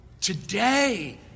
Today